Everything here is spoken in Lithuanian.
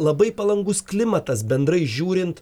labai palankus klimatas bendrai žiūrint